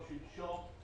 מסתבר